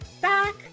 back